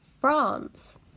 France